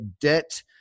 debt